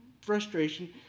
frustration